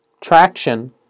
traction